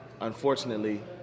unfortunately